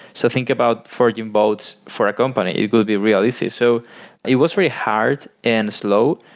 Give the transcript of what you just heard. so think about forging votes for a company, it would be realistic so it was really hard and slow.